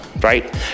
right